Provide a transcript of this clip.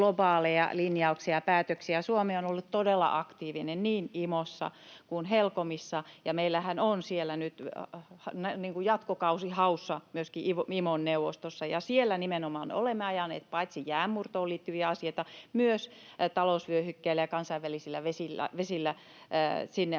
linjauksia ja päätöksiä. Suomi on ollut todella aktiivinen niin IMOssa kuin HELCOMissakin, ja meillähän on nyt jatkokausi haussa myöskin IMOn neuvostossa. Siellä nimenomaan olemme ajaneet paitsi jäänmurtoon liittyviä asioita myös talousvyöhykkeille ja kansainvälisille vesille